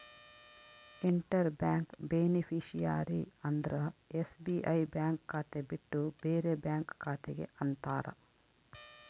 inter bank beneficiary ಅಂದ್ರ SBI bank ಖಾತೆ ಬಿಟ್ಟು ಬೇರೆ ಬ್ಯಾಂಕ್ ಖಾತೆ ಗೆ ಅಂತಾರ